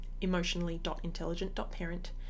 emotionally.intelligent.parent